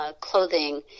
clothing